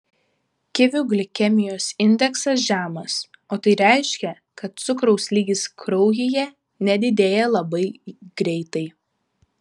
kivių glikemijos indeksas žemas o tai reiškia kad cukraus lygis kraujyje nedidėja labai greitai